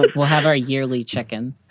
but we'll have our yearly chicken.